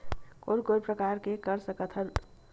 कोन कोन प्रकार के कर सकथ हन?